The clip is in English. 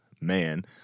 man